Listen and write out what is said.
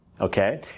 okay